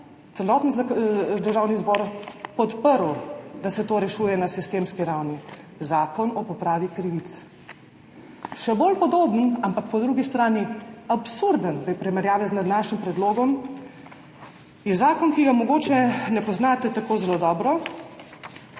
celoten Državni zbor podprl, da se to rešuje na sistemski ravni, Zakon o popravi krivic. Še bolj podoben, ampak po drugi strani absurden v primerjavi z današnjim predlogom, je zakon, ki ga mogoče ne poznate tako zelo dobro,